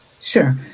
Sure